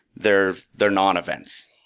they're they're non-events.